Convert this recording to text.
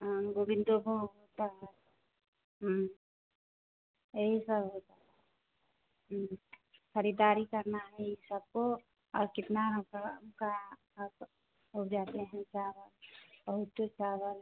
हाँ गोविंदो भोग होता है यही सब होता खरीददारी करना है ई सबको और कितना हमका हमका आप उपजाते हैं चावल बहुत चावल है